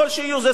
זו זכותו,